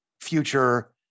future